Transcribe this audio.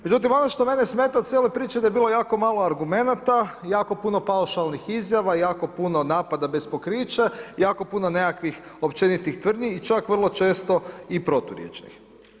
Međutim, ono što mene smeta u cijeloj priči da je bilo jako malo argumenata, jako puno paušalnih izjava, jako puno napada bez pokrića, jako puno nekakvih općenitih tvrdnji i čak vrlo često i proturječnih.